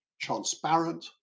transparent